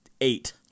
eight